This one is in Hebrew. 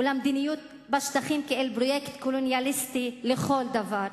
ולמדיניות בשטחים כאל פרויקט קולוניאליסטי לכל דבר.